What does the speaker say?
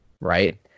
right